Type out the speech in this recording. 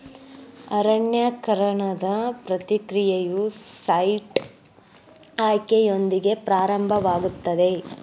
ಅರಣ್ಯೇಕರಣದ ಪ್ರಕ್ರಿಯೆಯು ಸೈಟ್ ಆಯ್ಕೆಯೊಂದಿಗೆ ಪ್ರಾರಂಭವಾಗುತ್ತದೆ